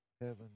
heaven